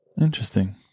Interesting